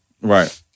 Right